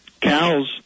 cows